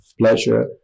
pleasure